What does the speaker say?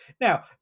Now